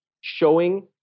showing